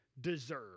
deserve